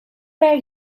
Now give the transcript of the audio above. were